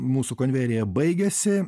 mūsų konvejeryje baigėsi